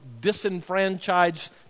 disenfranchised